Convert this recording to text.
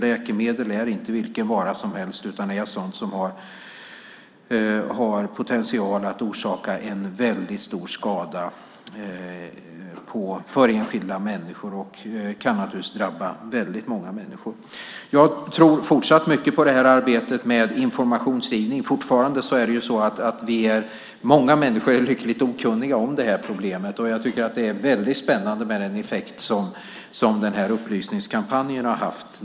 Läkemedel är inte vilken vara som helst, utan det är sådant som har potential att orsaka väldigt stor skada för enskilda människor. Det kan drabba många människor. Jag tror fortsatt mycket på arbetet med informationsspridning. Fortfarande är många människor lyckligt okunniga om problemet. Jag tycker att det är spännande med den effekt som upplysningskampanjen har haft.